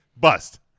Bust